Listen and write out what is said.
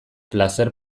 plazer